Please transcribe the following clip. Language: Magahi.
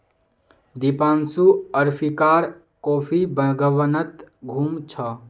दीपांशु अफ्रीकार कॉफी बागानत घूम छ